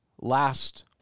last